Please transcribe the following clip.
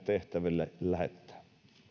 tehtäviin lähettää